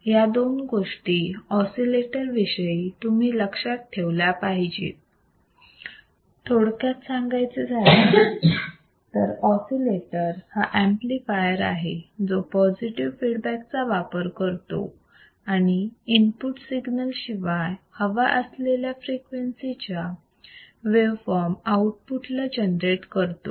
या दोन गोष्टी ऑसिलेटर विषयी तुम्ही लक्षात ठेवायच्या आहेत थोडक्यात सांगायचे झाले तर ऑसिलेटर हा ऍम्प्लिफायर आहे जो पॉझिटिव्ह फीडबॅक चा वापर करतो आणि इनपुट सिग्नल शिवाय हव्या असलेल्या फ्रिक्वेन्सी च्या वेव फॉर्म आउटपुट ला जनरेट करतो